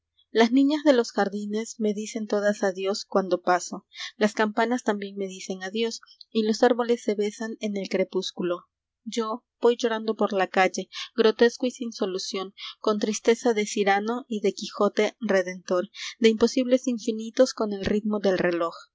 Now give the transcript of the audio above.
las niñas de los jardines le dicen todas adiós uando paso las campanas también me dicen adiós los árboles se besan eo el crepúsculo yo y llorando por la calle rotesco y sin solución gon tristeza de cyrano t de quijote f e imposibles infinitos con el ritmo del reloj